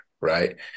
right